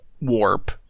warp